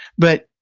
but,